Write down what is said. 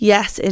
Yes